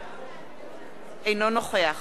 אינו נוכח אריה אלדד,